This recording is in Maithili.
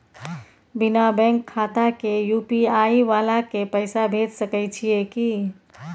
बिना बैंक खाता के यु.पी.आई वाला के पैसा भेज सकै छिए की?